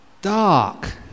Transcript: dark